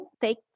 take